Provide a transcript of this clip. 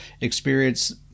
experience